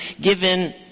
given